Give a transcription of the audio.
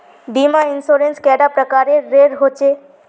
बीमा इंश्योरेंस कैडा प्रकारेर रेर होचे